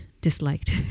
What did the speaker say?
disliked